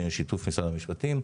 שיתוף משרד המשפטים.